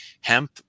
Hemp